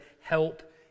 help